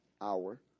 hour